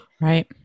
Right